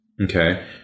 Okay